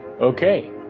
Okay